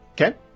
Okay